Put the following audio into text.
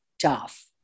tough